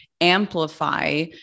amplify